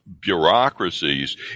bureaucracies